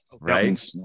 Right